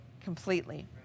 completely